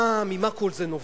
ממה כל זה נובע?